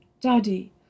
Daddy